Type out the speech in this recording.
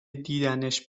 دیدنش